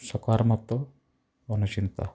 ସକାରାତ୍ମକ ଅନୁଚିନ୍ତା